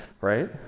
Right